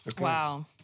Wow